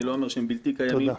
אני לא אומר שהם בלתי קיים -- תודה.